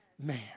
man